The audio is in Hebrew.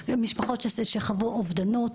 למשפחות שחוו אובדנות,